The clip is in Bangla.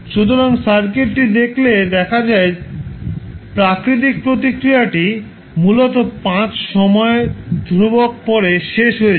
সুতরাং সার্কিটটি দেখলে দেখা যায় প্রাকৃতিক প্রতিক্রিয়াটি মূলত 5 সময় ধ্রুবক পরে শেষ হয়ে যাবে